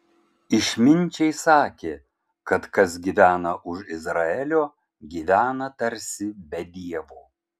išminčiai sakė kad kas gyvena už izraelio gyvena tarsi be dievo